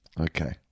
Okay